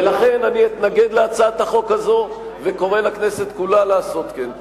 ולכן אני אתנגד להצעת החוק הזאת וקורא לכנסת כולה לעשות כן.